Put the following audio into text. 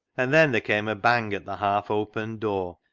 and then there came a bang at the half opened door,